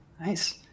Nice